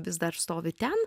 vis dar stovi ten